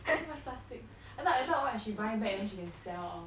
buy so much plastic I thought I thought [what] she buy back then she can sell all